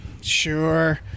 Sure